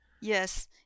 Yes